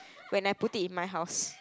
when I put it in my house